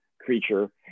creature